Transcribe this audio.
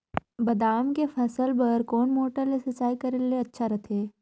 बादाम के के फसल बार कोन मोटर ले सिंचाई करे ले अच्छा रथे?